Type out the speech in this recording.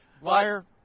Liar